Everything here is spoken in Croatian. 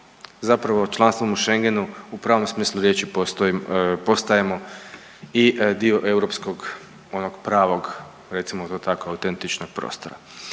zapravo samo u Schengenu u pravom smislu riječi postajemo i dio europskog onog pravog, recimo to tako, autentičnog prostora.